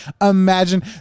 imagine